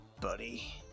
buddy